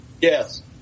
Yes